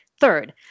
Third